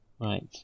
Right